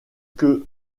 que